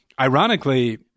Ironically